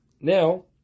Now